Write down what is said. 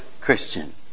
Christian